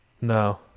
No